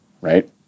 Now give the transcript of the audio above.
right